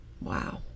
Wow